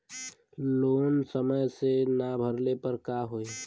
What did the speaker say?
Loan समय से ना भरले पर का होयी?